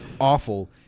awful